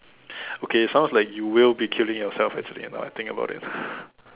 okay sounds like you will be killing yourself actually ah now I think about it